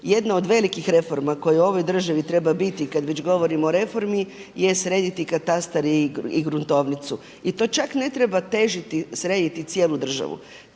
jedna od velikih reforma koje u ovoj državi treba biti kada već govorimo o reformi je srediti katastar i gruntovnicu i to čak ne treba težiti srediti cijelu državu.